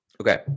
Okay